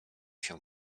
się